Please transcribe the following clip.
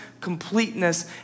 completeness